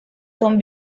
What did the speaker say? son